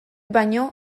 baino